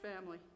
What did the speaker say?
family